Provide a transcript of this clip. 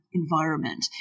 environment